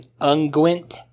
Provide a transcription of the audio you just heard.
unguent